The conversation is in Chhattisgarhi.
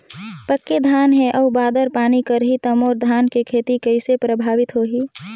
पके धान हे अउ बादर पानी करही त मोर धान के खेती कइसे प्रभावित होही?